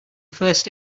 first